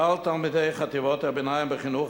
כלל תלמידי חטיבות הביניים בחינוך